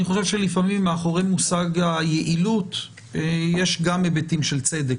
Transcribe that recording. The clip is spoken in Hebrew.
אני רק אגיד שאני חושב שמאחורי המושג יעילות יש גם היבטים של צדק,